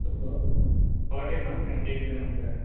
birth birthday function cake வேணும் sir